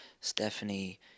Stephanie